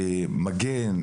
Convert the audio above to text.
מגן,